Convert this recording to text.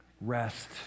Rest